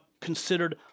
considered